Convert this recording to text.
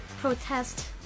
protest